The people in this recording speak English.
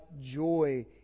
joy